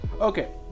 Okay